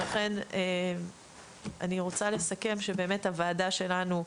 אני רוצה לסכם בכך שהוועדה שלנו,